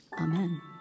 Amen